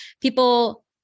People